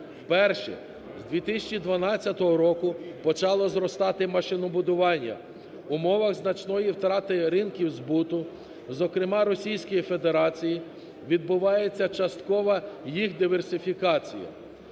Вперше з 2012 року почало зростати машинобудування, в умовах значної втрати ринків збуту, зокрема Російської Федерації, відбувається часткова їх диверсифікація,